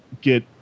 get